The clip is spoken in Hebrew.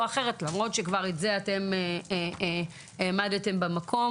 אחרת למרות שאתם כבר העמדתם את זה במקום.